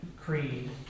Creed